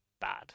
bad